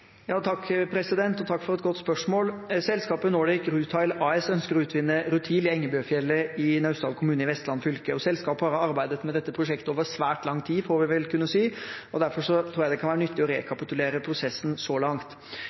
Takk for et godt spørsmål. Selskapet Nordic Rutile AS ønsker å utvinne rutil i Engebøfjellet i Naustdal kommune i Vestland fylke. Selskapet har arbeidet med dette prosjektet over svært lang tid, får vi vel kunne si. Derfor tror jeg det kan være nyttig å rekapitulere prosessen så langt.